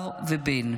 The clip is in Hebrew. בר ובן.